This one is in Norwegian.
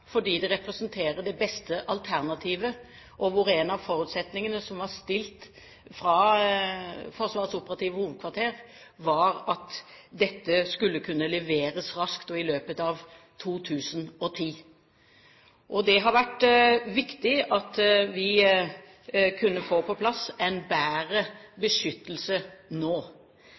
fordi det representerer det beste alternativet, og en av forutsetningene fra Forsvarets operative hovedkvarter var at dette skulle kunne leveres raskt, og i løpet av 2010. Det har vært viktig å kunne få på plass en bedre beskyttelse nå.